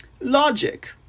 Logic